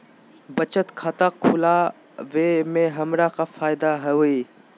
बचत खाता खुला वे में हमरा का फायदा हुई?